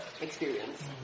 experience